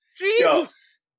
Jesus